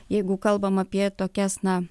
jeigu kalbam apie tokias na